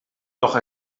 doch